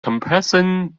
compression